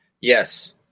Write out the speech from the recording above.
yes